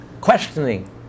questioning